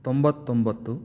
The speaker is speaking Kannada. ತೊಂಬತ್ತೊಂಬತ್ತು